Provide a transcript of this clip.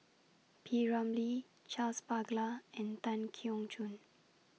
P Ramlee Charles Paglar and Tan Keong Choon